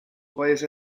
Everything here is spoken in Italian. paese